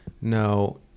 no